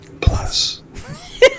Plus